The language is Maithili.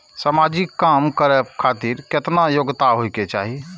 समाजिक काम करें खातिर केतना योग्यता होके चाही?